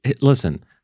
listen